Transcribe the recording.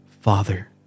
Father